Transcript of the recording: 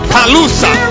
Palusa